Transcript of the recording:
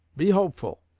be hopeful.